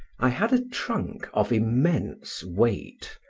i had a trunk of immense weight,